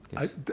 Yes